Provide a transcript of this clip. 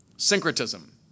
Syncretism